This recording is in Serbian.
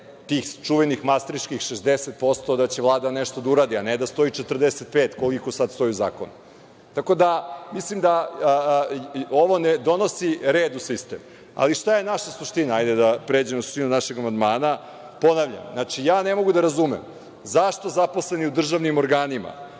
tih čuvenih masterških 60% da će Vlada nešto da uradi, a ne da stoji 45 koliko sad stoji u zakonu. Tako da, mislim da ovo ne donosi red u sistem. Ali, šta je naša suština, hajde da pređem na suštinu našeg amandmana. Ponavljam, ne mogu da razumem zašto zaposleni u državnim organima,